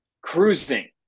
cruising